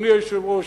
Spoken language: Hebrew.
אדוני היושב-ראש,